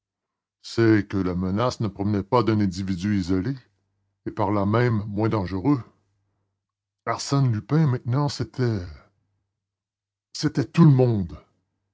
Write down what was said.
c'est que la menace ne provenait pas d'un individu isolé surveillé et par là même moins dangereux arsène lupin maintenant c'était c'était tout le monde